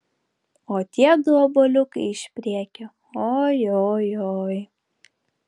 o tiedu obuoliukai iš priekio ojojoi